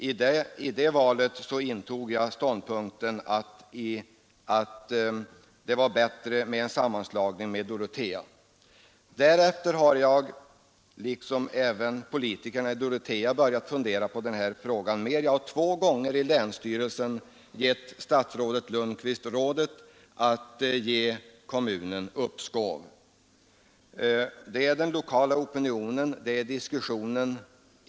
Inför dessa alternativ förordade jag tillsammans med länsstyrelsen i övrigt att det vore fördelaktigast med en sammanslagning med Åsele. Därefter har diskussionen gått vidare i Dorotea, liksom i länsstyrelsen. Centerns och folkpartiets ledamöter har två gånger i länsstyrelsen gett statsrådet Lundkvist rådet att i den rådande situationen bevilja kommunen uppskov med sammanläggningen.